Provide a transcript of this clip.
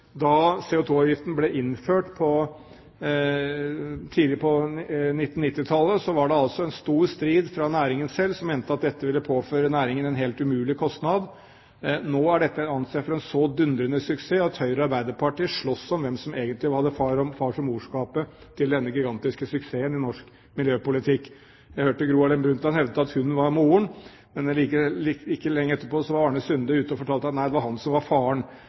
da CO2-avgiften ble innført tidlig på 1990-tallet, var det altså en stor strid for næringen selv, som mente at dette ville påføre næringen en helt umulig kostnad. Nå er dette ansett som en dundrende suksess. Høyre og Arbeiderpartiet har slåss om hvem som egentlig hadde farskapet, og hvem som hadde morskapet til denne gigantiske suksessen i norsk miljøpolitikk. Jeg hørte Gro Harlem Brundtland hevde at hun var moren. Ikke lenge etterpå var Arne Sunde ute og fortalte at det var han som var faren.